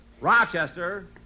Rochester